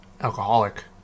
alcoholic